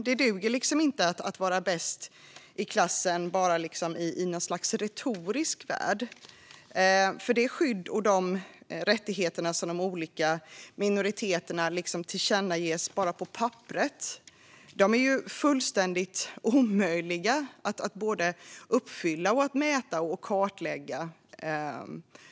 Det duger inte att vara bäst i klassen enbart i retorikens värld. Det skydd och de rättigheter som de olika minoriteterna tillerkänns på papperet är fullständigt omöjliga att uppfylla, mäta och kartlägga.